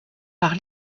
par